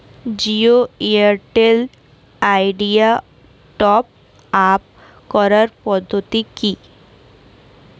Jio Airtel Idea top up করার পদ্ধতি কি?